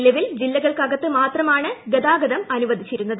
നിലവിൽ ജില്ലകൾക്കകത്ത് മാത്രമാണ് ഗതാഗതം അനുവദിച്ചിരുന്നത്